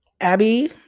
Abby